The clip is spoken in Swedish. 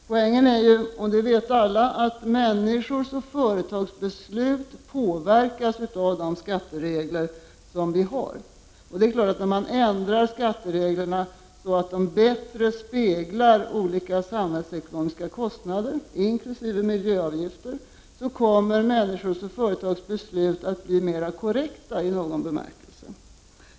Poängen är — och det vet alla — att människors och företags beslut påverkas av de skatteregler som vi har. Det är klart att om man ändrar skattereglerna så att de bättre speglar olika samhällsekonomiska kostnader, inkl. miljökostnader, så kommer människors och företags beslut att bli mera ”korrekta” i någon bemärkelse.